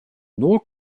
nur